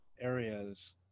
areas